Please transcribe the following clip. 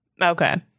okay